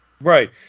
right